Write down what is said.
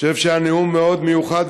אני חושב שהיה נאום מאוד מיוחד,